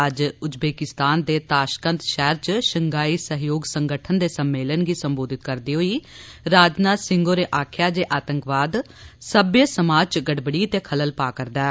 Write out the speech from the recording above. अज्ज उजबेकिस्तान दे ताशकंत शैहरा च शंघाई सैह्योग संगठन दे सम्मेलनै गी संबोधत करदे होई राजनाथ सिंह होरें आक्खेआ जे आतंकवाद सभ्य समाज च गड़बड़ी ते खलल पा करदा ऐ